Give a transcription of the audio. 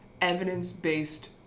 evidence-based